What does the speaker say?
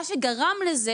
מה שגרם לזה,